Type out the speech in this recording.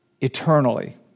eternally